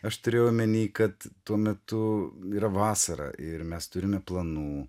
aš turėjau omeny kad tuo metu yra vasara ir mes turime planų